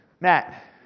Matt